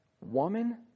Woman